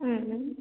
ಹ್ಞೂ ಹ್ಞೂ